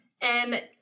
And-